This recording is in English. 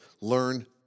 learn